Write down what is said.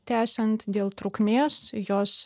tęsiant dėl trukmės jos